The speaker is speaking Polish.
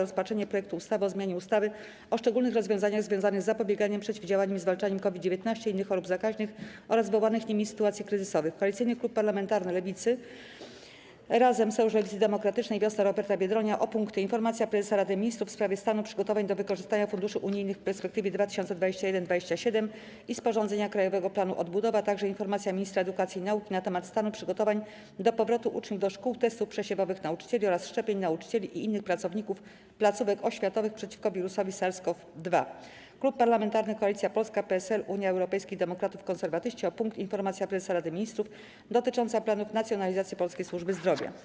Rozpatrzenie projektu ustawy o zmianie ustawy o szczególnych rozwiązaniach związanych z zapobieganiem, przeciwdziałaniem i zwalczaniem COVID-19, innych chorób zakaźnych oraz wywołanych nimi sytuacji kryzysowych, - Koalicyjny Klub Parlamentarny Lewicy (Razem, Sojusz Lewicy Demokratycznej, Wiosna Roberta Biedronia) o punkty: - Informacja Prezesa Rady Ministrów w sprawie stanu przygotowań do wykorzystania funduszy unijnych w perspektywie 2021–2027 i sporządzenia Krajowego Planu Odbudowy, - Informacja Ministra Edukacji i Nauki na temat stanu przygotowań do powrotu uczniów do szkół, testów przesiewowych nauczycieli oraz szczepień nauczycieli i innych pracowników placówek oświatowych przeciwko wirusowi SARS-CoV-2, - Klub Parlamentarny Koalicja Polska - PSL, Unia Europejskich Demokratów, Konserwatyści o punkt: Informacja Prezesa Rady Ministrów dotycząca planów nacjonalizacji polskiej służby zdrowia.